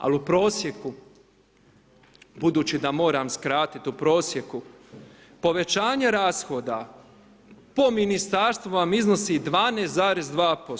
Ali u prosjeku, budući da moram skratiti, u prosjeku, povećanje rashoda po ministarstvu vam iznosi 12,2%